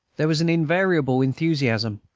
there was an invariable enthusiasm,